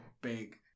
big